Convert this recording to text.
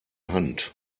hand